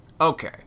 Okay